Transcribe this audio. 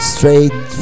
Straight